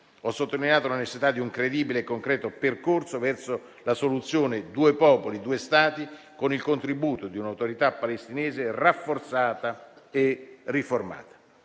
Ho sottolineato la necessità di un credibile e concreto percorso verso la soluzione "due popoli-due Stati", con il contributo di un'autorità palestinese rafforzata e riformata.